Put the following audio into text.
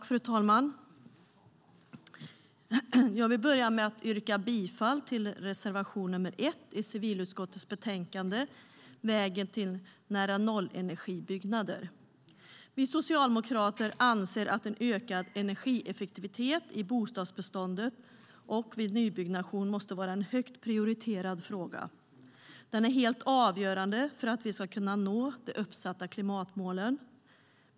Fru talman! Jag vill börja med att yrka bifall till reservation nr 1 i civilutskottets betänkande Vägen till nära-nollenergibyggnader . Vi socialdemokrater anser att en ökad energieffektivitet i bostadsbeståndet och vid nybyggnation måste vara en högt prioriterad fråga. Den är helt avgörande för att vi ska kunna nå de uppsatta klimatmålen.